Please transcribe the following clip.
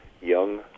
young